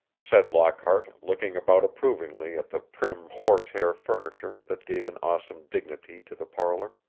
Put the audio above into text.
said lockhart, looking about approvingly at the prim horsehair furniture that gave an awesome dignity to the parlor.